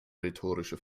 rhetorische